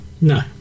No